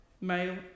male